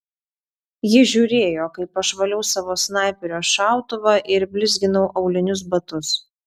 ji žiūrėjo kaip aš valiau savo snaiperio šautuvą ir blizginau aulinius batus